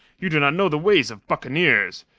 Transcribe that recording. you do not know the ways of buccaneers.